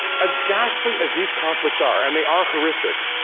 as ghastly as these conflicts are, and they are horrific,